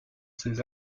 ces